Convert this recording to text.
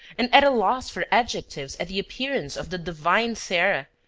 and at a loss for adjectives at the appearance of the divine sarah,